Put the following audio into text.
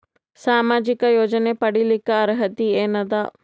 ಸಾಮಾಜಿಕ ಯೋಜನೆ ಪಡಿಲಿಕ್ಕ ಅರ್ಹತಿ ಎನದ?